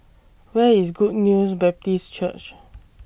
Where IS Good News Baptist Church